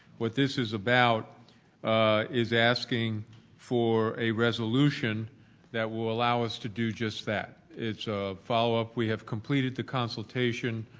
what this is about is asking for a resolution that will allow us to do just that. it's a follow up. we have completed the consultation.